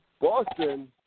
Boston